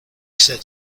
said